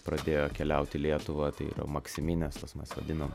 pradėjo keliauti į lietuvą tai yra maksiminės tos mes vadinom